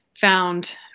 found